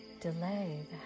delay